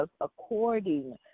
according